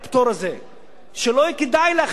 שלא יהיה כדאי להחזיק דירות שיעלה ערכן.